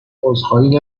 عذرخواهی